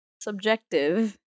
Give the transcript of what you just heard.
subjective